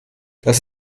das